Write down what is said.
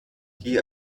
die